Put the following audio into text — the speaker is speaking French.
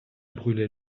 brûlait